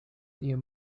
near